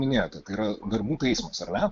minėjote tai yra darbų taisymas ar ne